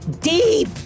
deep